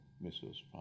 missiles